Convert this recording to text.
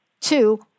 Two